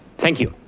thank you.